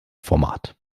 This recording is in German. format